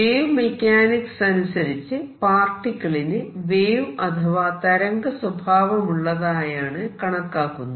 wave mechanics അനുസരിച്ച് പാർട്ടിക്കിളിന് wave അഥവാ തരംഗ സ്വഭാവമുള്ളതായാണ് കണക്കാക്കുന്നത്